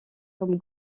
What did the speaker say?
comme